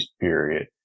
period